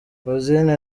rosine